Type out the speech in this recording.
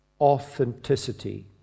authenticity